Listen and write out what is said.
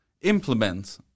implement